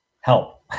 Help